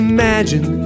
Imagine